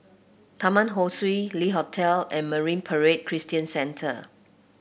Taman Ho Swee Le Hotel and Marine Parade Christian Centre